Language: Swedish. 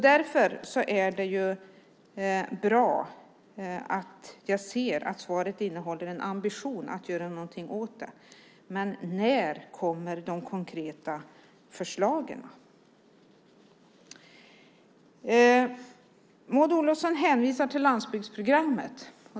Därför är det bra att jag ser att svaret innehåller en ambition att göra någonting åt det här. Men när kommer de konkreta förslagen? Maud Olofsson hänvisar till landsbygdsprogrammet.